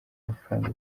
amafaranga